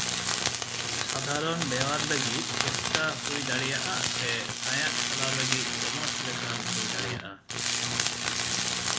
ᱥᱟᱫᱷᱟᱨᱚᱱ ᱵᱮᱣᱦᱟᱨ ᱞᱟᱹᱜᱤᱫ ᱪᱮᱯᱴᱟ ᱦᱩᱭᱫᱟᱲᱮᱭᱟᱜᱼᱟ ᱥᱮ ᱥᱟᱸᱭᱟᱫ ᱪᱟᱞᱟᱣ ᱞᱟᱹᱜᱤᱫ ᱪᱚᱢᱚᱪ ᱞᱮᱠᱟᱱ ᱦᱩᱭ ᱫᱟᱲᱮᱭᱟᱜᱼᱟ